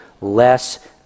less